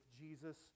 Jesus